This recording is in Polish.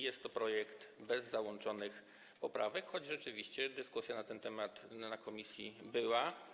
Jest to projekt bez załączonych poprawek, choć rzeczywiście dyskusja na ten temat na posiedzeniu komisji była.